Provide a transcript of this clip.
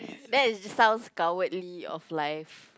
that's sounds cowardly of life